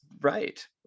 Right